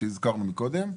שהזכרנו קודם.